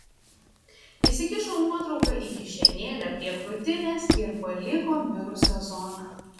įsikišo nuotrauką į kišenėlę prie krūtinės ir paliko mirusią zoną